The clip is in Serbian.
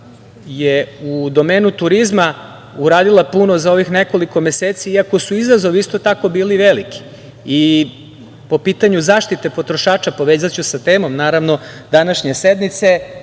je u domenu turizma uradila puno za ovih nekoliko meseci, iako su izazovi isto tako bili veliki. Po pitanju zaštite potrošača, povezaću sa temom, naravno, današnje sednice,